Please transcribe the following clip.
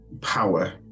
power